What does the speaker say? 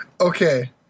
Okay